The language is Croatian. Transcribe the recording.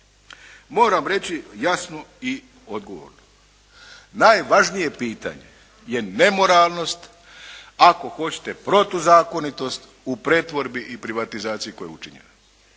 Moram reći jasno i odgovorno najvažnije pitanje je nemoralnost, ako hoćete protuzakonitost u pretvorbi i privatizaciji koja je učinjena.